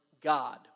God